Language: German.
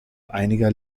einiger